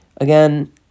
Again